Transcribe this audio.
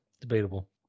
Debatable